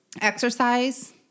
exercise